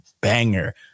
banger